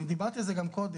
אני דיברתי על זה גם קודם.